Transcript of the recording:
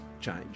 change